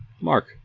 Mark